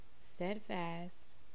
steadfast